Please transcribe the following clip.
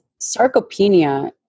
sarcopenia